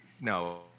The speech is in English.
no